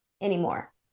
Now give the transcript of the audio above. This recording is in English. anymore